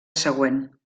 següent